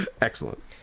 Excellent